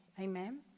Amen